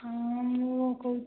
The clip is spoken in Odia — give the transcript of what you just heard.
ହଁ ମୁଁ କହୁ